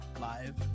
live